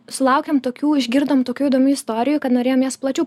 sulaukėm tokių išgirdom tokių įdomių istorijų kad norėjom jas plačiau